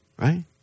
Right